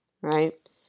right